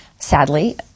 Sadly